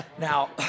Now